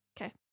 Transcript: Okay